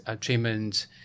treatment